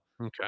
Okay